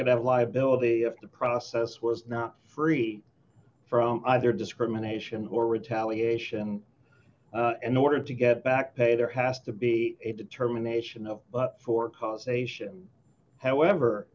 could have liability if the process was not free from either discrimination or retaliation and the order to get back pay there has to be a determination of but for causation however